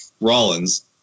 Rollins